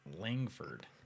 Langford